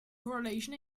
correlation